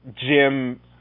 Jim